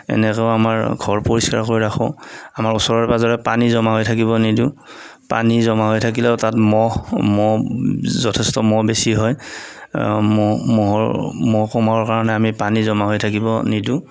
এনেকৈও আমাৰ ঘৰ পৰিস্কাৰ কৰি ৰাখোঁ আমাৰ ওচৰে পাজৰে পানী জমা হৈ থাকিব নিদিওঁ পানী জমা হৈ থাকিলেও তাত মহ মহ যথেষ্ট মহ বেছি হয় মহ মহৰ মহসমূহৰ কাৰণে আমি পানী জমা হৈ থাকিব নিদিওঁ